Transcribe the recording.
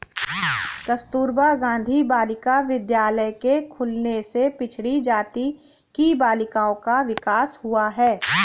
कस्तूरबा गाँधी बालिका विद्यालय के खुलने से पिछड़ी जाति की बालिकाओं का विकास हुआ है